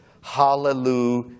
Hallelujah